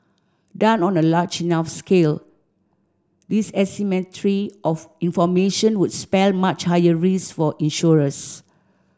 done on a large enough scale this asymmetry of information would spell much higher risk for insurers